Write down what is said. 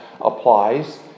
applies